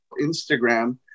Instagram